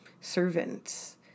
servants